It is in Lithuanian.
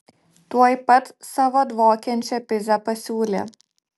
tuoj pat savo dvokiančią pizę pasiūlė